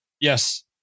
Yes